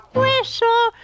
whistle